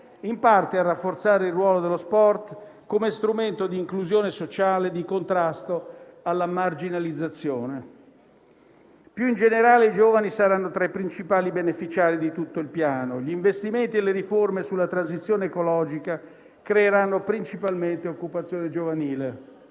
in parte a rafforzare il ruolo dello sport come strumento di inclusione sociale e di contrasto alla marginalizzazione. Più in generale, i giovani saranno tra i principali beneficiari di tutto il piano. Gli investimenti e le riforme sulla transizione ecologica creeranno principalmente occupazione giovanile.